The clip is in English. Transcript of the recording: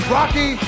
Rocky